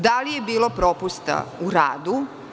Da li je bilo propusta u radu?